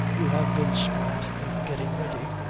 you have been smart in getting ready.